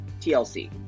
TLC